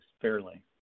fairly